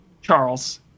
Charles